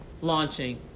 Launching